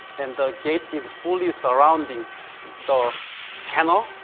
and the gate is fully surrounding the channel,